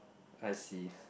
I see